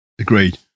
Agreed